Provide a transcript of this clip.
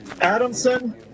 Adamson